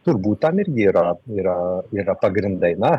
turbūt tam irgi yra yra yra pagrindai na